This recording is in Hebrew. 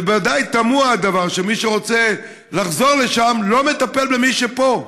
ובוודאי תמוה הדבר שמי שרוצה לחזור לשם לא מטפל במי שפה.